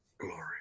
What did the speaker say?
Glory